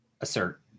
assert